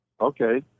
okay